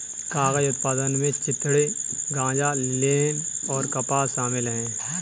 कागज उत्पादन में चिथड़े गांजा लिनेन और कपास शामिल है